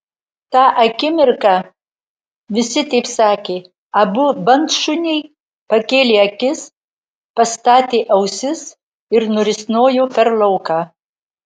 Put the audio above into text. tą akimirką visi taip sakė abu bandšuniai pakėlė akis pastatė ausis ir nurisnojo per lauką